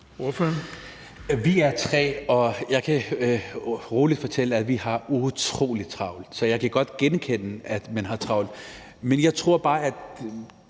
Siddique (FG): Vi er tre, og jeg kan roligt fortælle, at vi har utrolig travlt, så jeg kan godt genkende, at man har travlt. Jeg tror bare, at